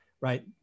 Right